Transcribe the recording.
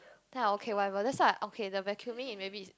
then I okay whatever that's why I okay the vacuuming maybe is